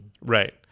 Right